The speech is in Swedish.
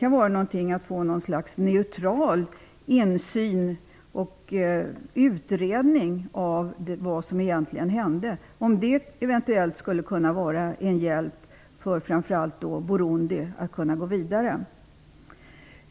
Kan det vara ett sätt att få en neutral insyn i och utredning av vad som egentligen hände? Kan det vara en hjälp för Burundi att gå vidare?